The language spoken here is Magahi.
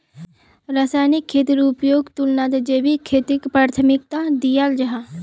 रासायनिक खेतीर उपयोगेर तुलनात जैविक खेतीक प्राथमिकता दियाल जाहा